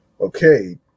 Okay